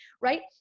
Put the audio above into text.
right